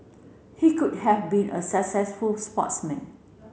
he could have been a successful sportsman